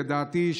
לדעתי,